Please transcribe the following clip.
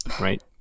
right